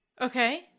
Okay